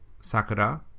Sakura